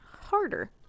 harder